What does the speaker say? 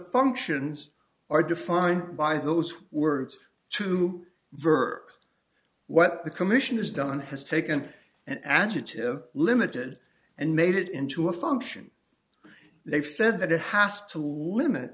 functions are defined by those words to ver what the commission has done has taken an adjective limited and made it into a function they've said that it has to limit